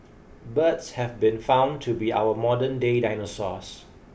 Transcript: birds have been found to be our modernday dinosaurs